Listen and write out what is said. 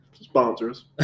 sponsors